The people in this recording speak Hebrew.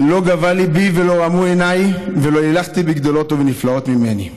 "לא גבה לִבי ולא רמו עינַי ולא הִלכתי בגדֹלות ובנפלאות ממני".